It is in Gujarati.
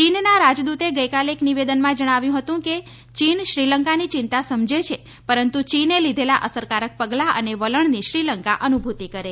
ચીનના રાજદૂતે ગઈકાલે એક નિવેદનમાં જણાવ્યું હતું કે ચીન શ્રીલંકાની ચિંતા સમજે છે પરંતુ ચીને લીધેલા અસરકારક પગલાં અને વલણની શ્રીલંકા અનુભૂતી કરે